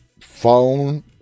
phone